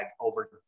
over